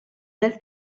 del